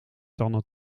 tanden